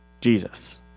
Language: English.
Jesus